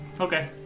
Okay